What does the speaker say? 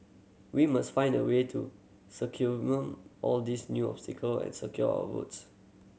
we must find a way to circumvent all these new obstacle and secure our votes